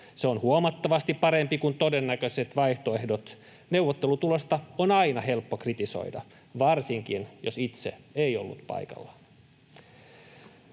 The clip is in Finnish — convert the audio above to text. se on huomattavasti parempi kuin todennäköiset vaihtoehdot. Neuvottelutulosta on aina helppo kritisoida, varsinkin jos itse ei ollut paikalla.